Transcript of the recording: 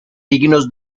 dignos